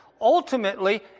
Ultimately